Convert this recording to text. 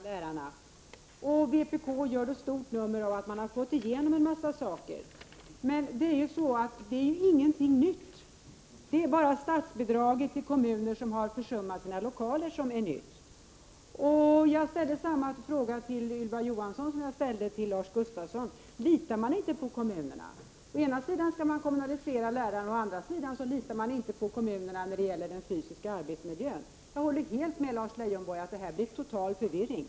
Fru talman! Vpk ställde villkor för att gå med på en kommunalisering av lärarna. Vpk gör ett stort nummer av att man har fått igenom en massa saker. Men ingenting är nytt. Bara statsbidraget till kommuner som har försummat sina lokaler är nytt. Jag vill ställa samma fråga till Ylva Johansson som jag ställde till Lars Gustafsson: Litar man inte på kommunerna? Å ena sidan skall man kommunalisera lärarna, å andra litar man inte på kommunerna när det gäller den fysiska arbetsmiljön. Jag håller helt med Lars Leijonborg om att detta innebär en total förvirring.